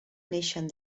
naixen